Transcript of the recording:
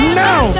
now